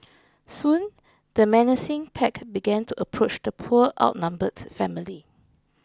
soon the menacing pack began to approach the poor outnumbered family